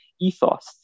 ethos